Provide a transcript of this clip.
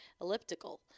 Elliptical